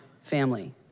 family